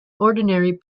ordinary